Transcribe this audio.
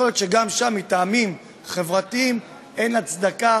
יכול להיות ששם גם מטעמים חברתיים אין הצדקה